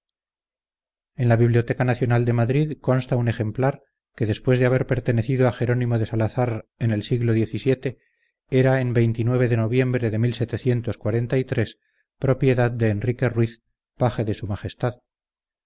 en la biblioteca nacional de madrid consta un ejemplar que después de haber pertenecido a jerónimo de salazar en el siglo xvii era en de noviembre de propiedad de enrique ruiz paje de s